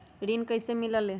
ऋण कईसे मिलल ले?